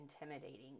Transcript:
intimidating